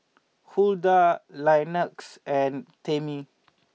Huldah Linus and Tammie